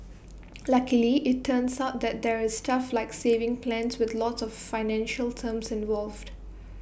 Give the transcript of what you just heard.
luckily IT turns out that there's stuff like savings plans with lots of financial terms involved